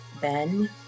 Ben